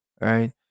right